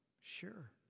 Sure